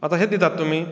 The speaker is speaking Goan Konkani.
अतशें दितात तुमी